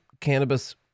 cannabis